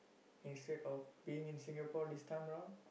instead of being in Singapore this time around